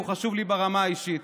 הוא חשוב לי ברמה האישית.